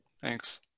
Thanks